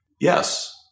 Yes